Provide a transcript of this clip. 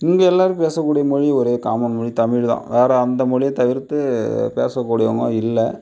இங்கே எல்லோரும் பேசக்கூடிய மொழி ஒரே காமன் மொழி தமிழ்தான் வேறு அந்த மொழியை தவிர்த்து பேசக்கூடியவங்க இல்லை